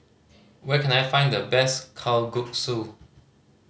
where can I find the best Kalguksu